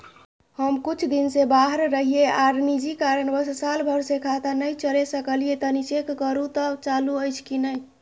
हम कुछ दिन से बाहर रहिये आर निजी कारणवश साल भर से खाता नय चले सकलियै तनि चेक करू त चालू अछि कि नय?